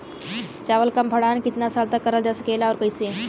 चावल क भण्डारण कितना साल तक करल जा सकेला और कइसे?